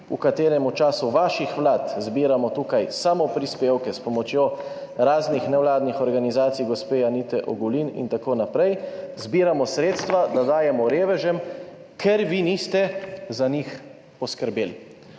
za katere v času vaših vlad zbiramo tukaj samoprispevke s pomočjo raznih nevladnih organizacij, gospe Anite Ogulin in tako naprej, zbiramo sredstva, da dajemo revežem, ker vi niste za njih poskrbeli.«